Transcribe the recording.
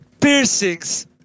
piercings